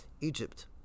Egypt